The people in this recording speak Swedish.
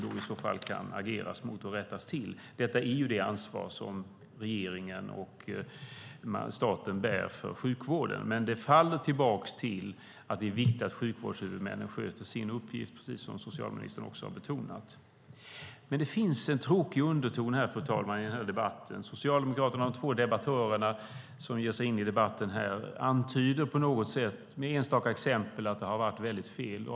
I så fall agerar man och rättar till dem. Detta är det ansvar som regeringen och staten bär för sjukvården, men det faller tillbaka på att det är viktigt att sjukvårdshuvudmännen sköter sin uppgift, precis som socialministern också har betonat. Det finns dock en tråkig underton i den här debatten, fru talman. Socialdemokraterna och de två debattörerna här antyder på något sätt och med enstaka exempel att det har skett väldiga fel.